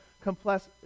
complex